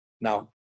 Now